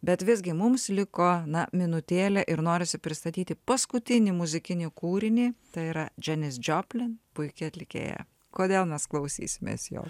bet visgi mums liko na minutėlė ir norisi pristatyti paskutinį muzikinį kūrinį tai yra dženis džoplin puiki atlikėja kodėl mes klausysimės jo